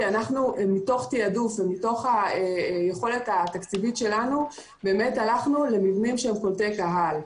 מתוך תעדוף ויכולת התקציבית שלנו הלכנו למבנים שהם קולטי קהל.